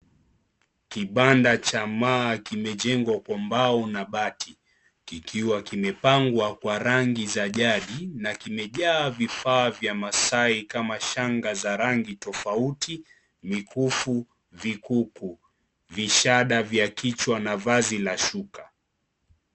Kibanda cha maa kimejengwa kwa mbao na bati kikiwa kimepangwa kwa rangi za jadi na kimejaa vifaa vya Maasai kama shanga za rangi tofauti, mikufu, vikuku, vishada vya kichwa na vazi la shuka.